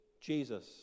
Jesus